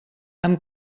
amb